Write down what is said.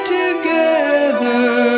together